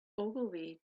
ogilvy